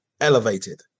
elevated